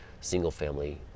single-family